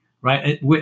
right